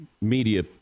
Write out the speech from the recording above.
media